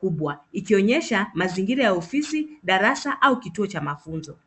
kubwa b ikionyesha mazingira ya ofisi, darasa au kituo cha mafunzo.